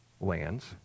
lands